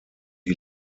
die